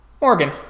Morgan